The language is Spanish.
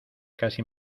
casi